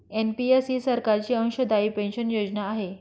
NPS ही सरकारची अंशदायी पेन्शन योजना आहे